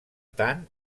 tant